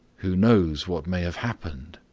who knows what may have happened?